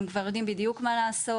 הם כבר יודעים בדיוק מה לעשות.